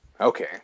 okay